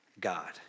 God